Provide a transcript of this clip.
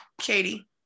Katie